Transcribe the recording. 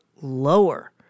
lower